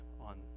on